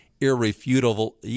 irrefutable